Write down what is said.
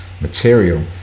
material